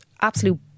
absolute